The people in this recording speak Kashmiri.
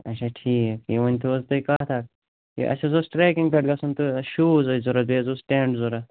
اَچھا ٹھیٖک یہِ ؤنۍتَو حظ تُہۍ کَتھ اَکھ اَسہِ حظ اوس ٹرٚیٚکِنٛگ پٮ۪ٹھ گژھُن تہٕ شوٗز ٲسۍ ضروٗرت بیٚیہِ حظ اوس ٹیٚنٛٹ ضروٗرت